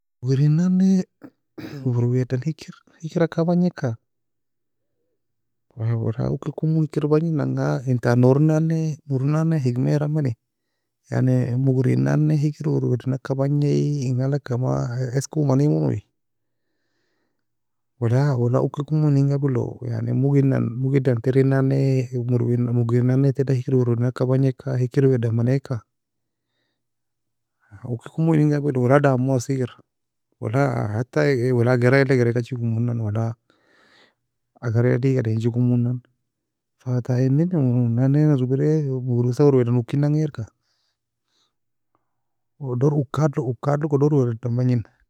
Mugri nan ne, wer wer dan hikr hikr ageka bagnieka, wala ukir komo hikr bagni enanga enta nourin nan nae nouri nan nae حكمة era mani, يعني mugri enan nae hikr wer wer dan ageka bagai enga alag ka esk uoe mani mo, wala wala uki komo enin gabilo يعني mugi enan mugi edan tern nan nae morwei mugri nan nae hikr wer wer dan ageka bagnieka, hikr wer wer dan manieka, ukir komo enin gabil wala damo assiekira. Wala حتي geira eila geiriekachi mona wala agaraid eaga daincha komona. ف ta enin uoe nan nae erbirae موروثة wer wer dan wookinan غير odor wookad wookad log wer wer dan bagninan.